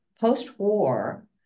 post-war